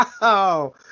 Wow